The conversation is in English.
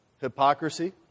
Hypocrisy